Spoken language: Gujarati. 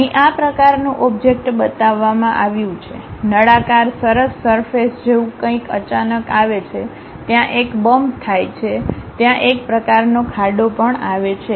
અહીં આ પ્રકારનું ઓબ્જેક્ટ બતાવવામાં આવ્યું છે નળાકાર સરસ સરફેસ જેવું કંઈક અચાનક આવે છે ત્યાં એક બમ્પ થાય છે ત્યાં એક પ્રકારનો ખાડો પણ આવે છે